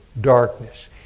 darkness